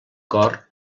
cor